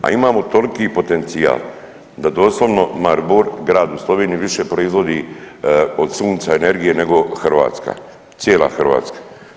A imamo toliki potencijal da doslovno Maribor grad u Sloveniji više proizvodi od sunca energije nego Hrvatska, cijela Hrvatska.